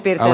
kiitos